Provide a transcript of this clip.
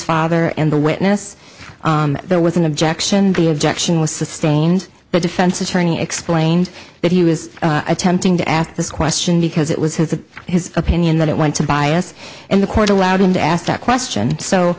father and the witness there was an objection the objection was sustained the defense attorney explained that he was attempting to ask this question because it was his of his opinion that it went to bias and the court allowed him to ask that question so